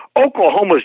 Oklahoma's